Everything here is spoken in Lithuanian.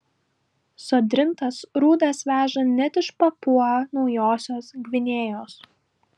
sodrintas rūdas veža net iš papua naujosios gvinėjos